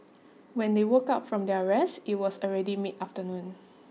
when they woke up from their rest it was already mid afternoon